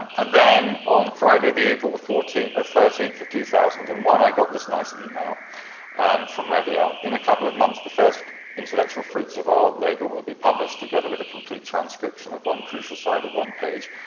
and then, on friday the april the ah thirteenth of two thousand and one, i got this nice email from reviel. in a couple of months the first intellectual fruits of our labor will be published, together with a complete transcription of one crucial side of one page,